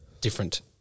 different